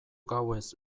gauez